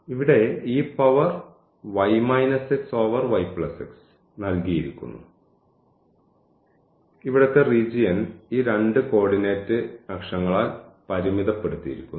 ഇവിടെ നൽകിയിരിക്കുന്നു ഇവിടുത്തെ റീജിയൻ ഈ രണ്ട് കോർഡിനേറ്റ് അക്ഷങ്ങളാൽ പരിമിതപ്പെടുത്തിയിരിക്കുന്നു